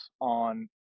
on